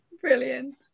Brilliant